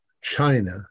China